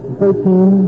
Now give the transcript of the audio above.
thirteen